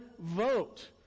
vote